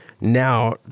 Now